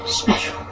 special